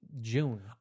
June